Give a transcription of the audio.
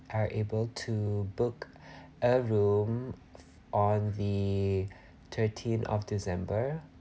are able to book a room on the thirteen of december